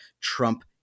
trump